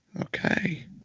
Okay